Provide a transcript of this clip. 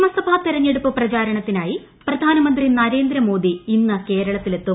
നിയമസഭാ തെരഞ്ഞെടുപ്പ് പ്രചാരണത്തിനായി പ്രധാനമന്ത്രി നരേന്ദ്ര മോദി ഇന്ന് കേരളത്തിലെത്തും